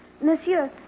Monsieur